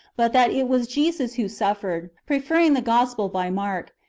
but that it was jesus who suffered, pre ferring the gospel by mark,